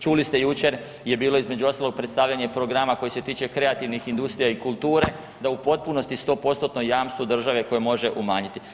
Čuli ste jučer je bilo između ostalog predstavljanje programa koji se tiče kreativnih industrija i kulture da u potpunosti 100%-tno jamstvo države koje može umanjiti.